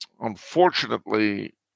Unfortunately